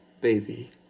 baby